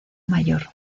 mayor